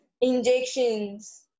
injections